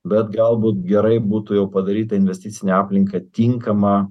bet galbūt gerai būtų jau padaryt tą investicinę aplinką tinkamą